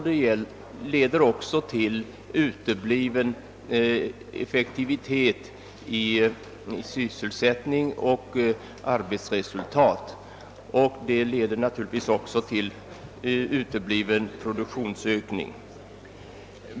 De leder också till utebliven effektivitet i fråga om sysselsättning och arbetsresultat, och detta i sin tur leder till utebliven produktionsökning.